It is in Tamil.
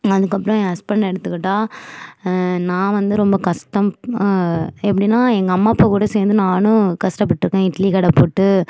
அதற்கப்பறம் ஏன் ஹஸ்பண்ட் எடுத்துக்கிட்டா நான் வந்து ரொம்ப கஷ்டம் எப்படின்னா எங்கள் அம்மா அப்பா கூட சேர்ந்து நானும் கஷ்டப்பட்டுருக்கேன் இட்லிக்கடை போட்டு